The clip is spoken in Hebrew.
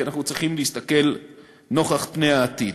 כי אנחנו צריכים להסתכל נוכח פני העתיד,